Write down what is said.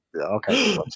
Okay